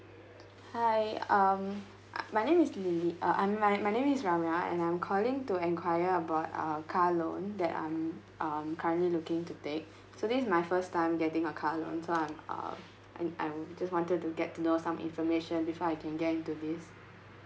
hi um uh my name is lily uh I'm my my name is ramia and I'm calling to enquire about uh car loan that I'm um currently looking to take so this is my first time getting a car loan so I'm uh I'm I'm just wanted to get to know some information before I can get into this